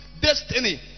destiny